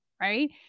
right